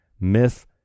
Myth